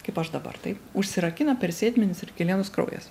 kaip aš dabar taip užsirakina per sėdmenis ir kelėnus kraujas